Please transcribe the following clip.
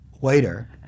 waiter